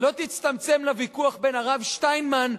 לא תצטמצם לוויכוח בין הרב שטיינמן,